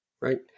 right